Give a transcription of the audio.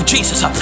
Jesus